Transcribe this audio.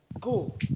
cool